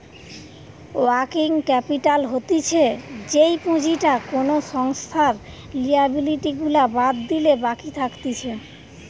working capital হতিছে যেই পুঁজিটা কোনো সংস্থার লিয়াবিলিটি গুলা বাদ দিলে বাকি থাকতিছে